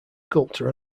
sculptor